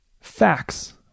facts